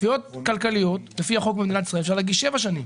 לפי החוק במדינת ישראל תביעות כלכליות אפשר להגיש תוך שבע שנים,